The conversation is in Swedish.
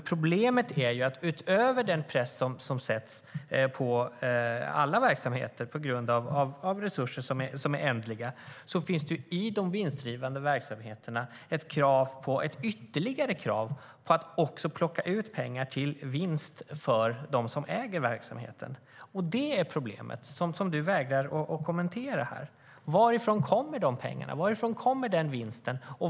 Problemet är att utöver den press som sätts på alla verksamheter på grund av ändliga resurser finns det i de vinstdrivande verksamheterna också ett krav på att plocka ut pengar i vinst till dem som äger verksamheten. Det är detta problem du vägrar kommentera, Maria Larsson. Varifrån kommer dessa pengar? Varifrån kommer den vinsten?